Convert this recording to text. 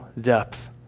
depth